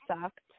sucked